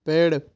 पेड़